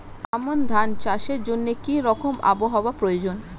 আমন ধান চাষের জন্য কি রকম আবহাওয়া প্রয়োজন?